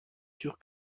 sûr